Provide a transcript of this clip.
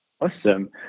Awesome